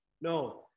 No